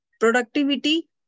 productivity